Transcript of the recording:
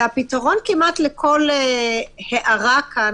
והפתרון כמעט לכל הערה כאן,